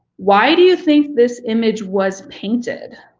why do you think this image was painted?